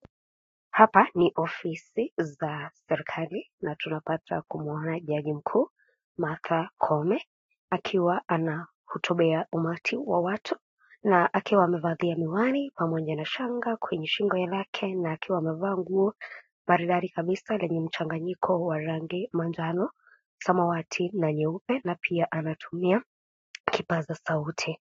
Hapa ni ofisi za serikali na tunapata kumwona jaji mkuu, Martha Koome, akiwa anahutubia umati wa watu na akiwa amevalia miwani pamoja na shanga kwenye shingo lake na akiwa amevaa nguo maridadi kabisa lenye mchanganyiko wa rangi manjano, samawati na nyeupe na pia anatumia kipasa sauti.